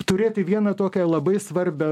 turėti vieną tokią labai svarbią